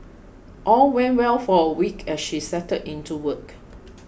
all went well for a week as she settled into work